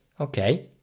okay